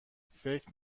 فکر